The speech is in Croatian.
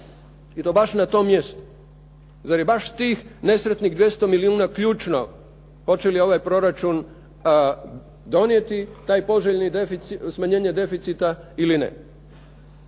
I to baš na tom mjestu. Zar je baš tih nesretnih 200 milijuna ključno hoće li ovaj proračun donijeti taj poželjni smanjenje deficita ili ne?